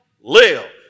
live